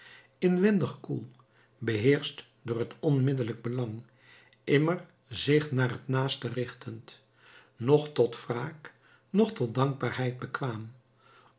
inwendig koel beheerscht door het onmiddellijk belang immer zich naar het naaste richtend noch tot wraak noch tot dankbaarheid bekwaam